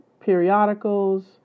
periodicals